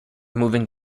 moving